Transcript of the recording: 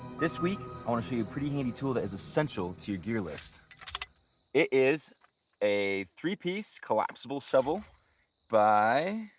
this week i want to show you a pretty handy tool that is essential to your gear list. it is a three-piece collapsible shovel by. ah.